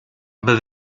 aber